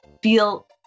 feel